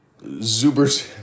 Zuber's